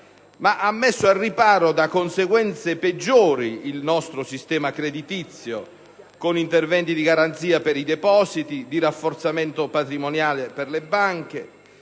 ma ha messo al riparo da conseguenze peggiori il nostro sistema creditizio, con interventi di garanzia per i depositi e di rafforzamento patrimoniale per le banche: